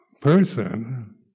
person